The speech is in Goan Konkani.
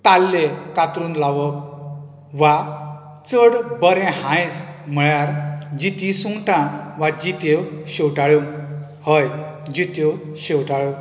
ताल्ले कातरून लावप वा चड बरें हांयस म्हळ्यार जितीं सुंगटां वा जित्यो शेवटाळ्यो हय जित्यो शेवटाळ्यो